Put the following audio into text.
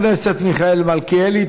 תודה לחבר הכנסת מיכאל מלכיאלי.